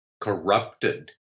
corrupted